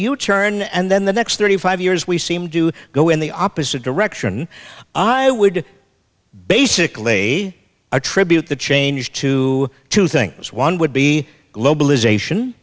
u turn and then the next thirty five years we seemed to go in the opposite direction i would basically attribute the change to two things one would be globalization